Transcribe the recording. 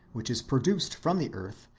which is produced from the earth,